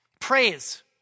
praise